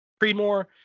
Creedmoor